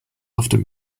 often